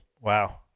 Wow